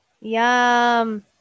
Yum